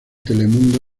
telemundo